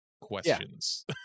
questions